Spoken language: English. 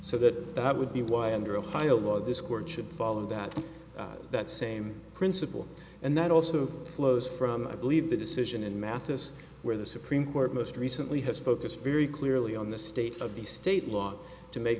so that that would be why under ohio law this court should follow that that same principle and that also flows from i believe the decision in mathis where the supreme court most recently has focused very clearly on the state of the state law to make